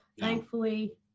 thankfully